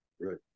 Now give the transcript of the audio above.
right